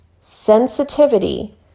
sensitivity